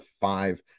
five